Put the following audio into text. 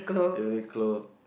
Uniqlo